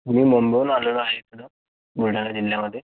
मी मुंबईहून आलेलो आहे इकडं बुलढाणा जिल्ह्यामध्ये